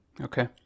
Okay